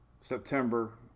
September